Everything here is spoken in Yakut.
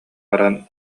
баран